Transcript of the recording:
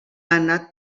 anat